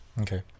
Okay